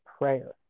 prayer